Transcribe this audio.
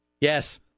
Yes